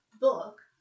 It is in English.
book